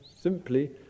simply